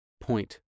point